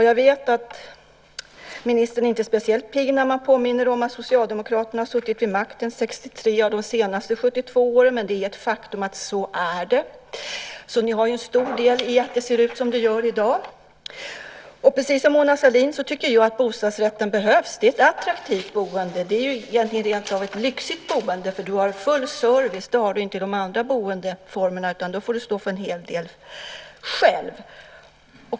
Jag vet att ministern inte blir speciellt glad när man påminner om att Socialdemokraterna har suttit vid makten i 63 av de senaste 72 åren, men det är ett faktum. Ni har stor del i att det ser ut som det gör i dag. Jag tycker, precis som Mona Sahlin, att hyresrätten behövs. Det är ett attraktivt boende. Det är ju rentav ett lyxigt boende. Man har full service. Det har man inte i de andra boendeformerna; där får man stå för en hel del själv.